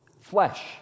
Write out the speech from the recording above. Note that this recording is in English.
Flesh